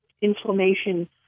inflammation